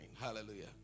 Hallelujah